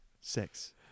six